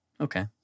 Okay